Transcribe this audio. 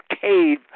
cave